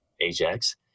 Ajax